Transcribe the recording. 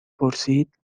پرسید